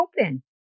open